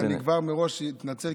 אני כבר מראש אתנצל,